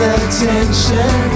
attention